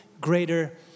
greater